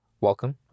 Welcome